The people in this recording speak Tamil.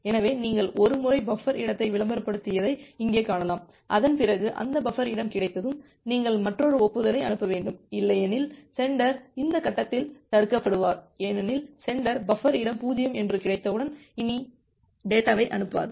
எனவே நீங்கள் ஒரு முறை பஃபர் இடத்தை விளம்பரப்படுத்தியதை இங்கே காணலாம் அதன் பிறகு அந்த பஃபர் இடம் கிடைத்ததும் நீங்கள் மற்றொரு ஒப்புதலை அனுப்ப வேண்டும் இல்லையெனில் சென்டர் இந்த கட்டத்தில் தடுக்கப்படுவார் ஏனெனில் சென்டர் பஃபர் இடம் 0 என்று கிடைத்தவுடன் அது இனி டேட்டாவைஅனுப்பாது